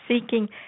seeking